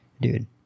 dude